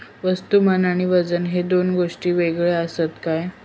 वस्तुमान आणि वजन हे दोन गोष्टी वेगळे आसत काय?